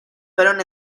fueron